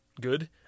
good